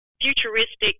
futuristic